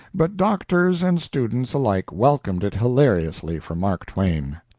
but doctors and students alike welcomed it hilariously from mark twain.